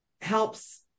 helps